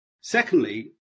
Secondly